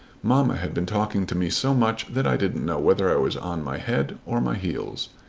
mamma had been talking to me so much that i didn't know whether i was on my head or my heels.